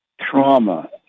trauma